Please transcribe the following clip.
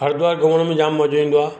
हरिद्वार घुमण में जाम मज़ो ईंदो आहे